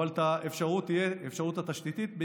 אבל האפשרות התשתיתית תהיה,